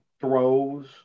throws